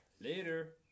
Later